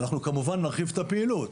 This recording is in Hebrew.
ואנחנו כמובן נרחיב את הפעילות.